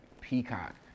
Peacock